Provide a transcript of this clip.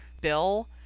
Bill